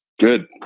Good